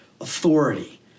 authority